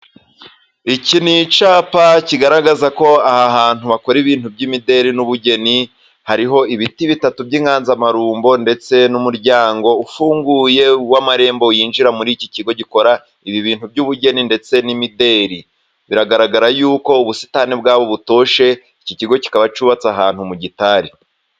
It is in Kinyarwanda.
iki ni icyapa kigaragaza ko, aha hantu hakora ibintu by'imideli n'ubugeni, hariho ibiti bitatu by'inganzamarumbo, ndetse n'umuryango, ufunguye w'amarembo yinjira muri iki kigo, gikora ibi bintu by'ubugeni ndetse n'imideli, biragaragara yuko ubusitani bwabo butoshe, iki kigo kikaba cyubatse ahantu mu gitari.